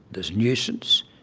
there's nuisance,